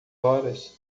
horas